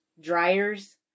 dryers